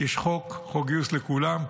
יש חוק גיוס לכולם.